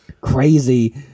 crazy